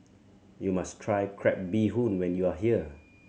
you must try crab bee hoon when you are here